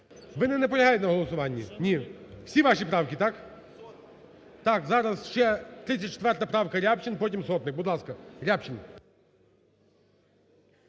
Ви не наполягаєте на голосуванні? Ні. Всі ваші правки, так? Так. Зараз ще 34 правка, Рябчин, потім Сотник. Будь ласка. Рябчин.